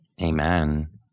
Amen